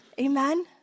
amen